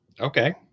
okay